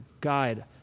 guide